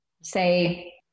say